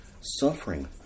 suffering